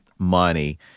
money